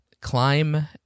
Climb